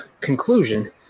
conclusion